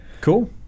cool